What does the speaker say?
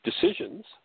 decisions